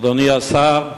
אדוני השר,